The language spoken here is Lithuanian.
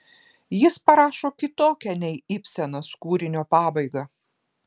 jis parašo kitokią nei ibsenas kūrinio pabaigą